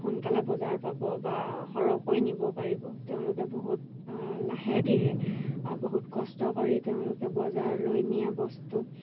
সোনকালে বজাৰ পাব বা সৰহকৈ নিব পাৰিব তেওঁলোকে বহুত লাহে ধীৰে বহুত কষ্ট কৰি তেওঁলোকে বজাৰলৈ নিয়ে বস্তু